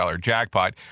jackpot